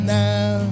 now